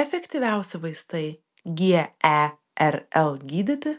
efektyviausi vaistai gerl gydyti